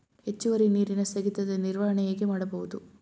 ಹೆಚ್ಚುವರಿ ನೀರಿನ ಸ್ಥಗಿತದ ನಿರ್ವಹಣೆ ಹೇಗೆ ಮಾಡಬಹುದು?